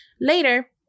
Later